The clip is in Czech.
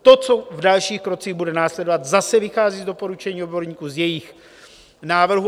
To, co v dalších krocích bude následovat, zase vychází z doporučení odborníků, z jejich návrhů.